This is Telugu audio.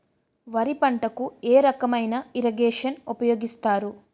వరి పంటకు ఏ రకమైన ఇరగేషన్ ఉపయోగిస్తారు?